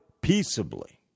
peaceably